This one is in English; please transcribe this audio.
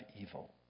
evil